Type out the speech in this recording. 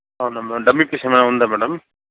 అవునా madam dummy piece ఏదైనా ఉందా మేడం